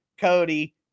Cody